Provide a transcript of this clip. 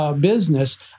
Business